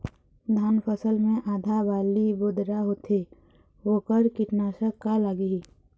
धान फसल मे आधा बाली बोदरा होथे वोकर कीटनाशक का लागिही?